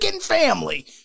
family